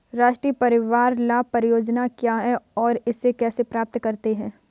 राष्ट्रीय परिवार लाभ परियोजना क्या है और इसे कैसे प्राप्त करते हैं?